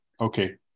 Okay